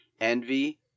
envy